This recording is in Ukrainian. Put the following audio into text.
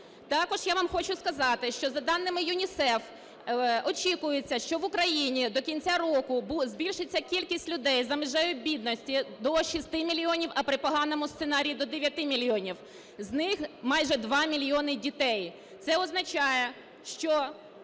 Також я вам хочу сказати, що за даними ЮНІСЕФ очікується, що в Україні до кінця року збільшиться кількість людей за межею бідності до 6 мільйонів, а при поганому сценарії до 9 мільйонів, з них майже 2 мільйони дітей. Це означає, що